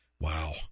Wow